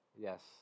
Yes